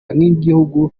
nk’igihugu